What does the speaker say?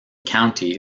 county